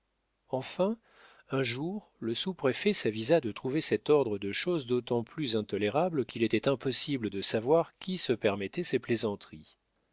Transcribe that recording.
enfin un jour le sous-préfet s'avisa de trouver cet ordre de choses d'autant plus intolérable qu'il était impossible de savoir qui se permettait ces plaisanteries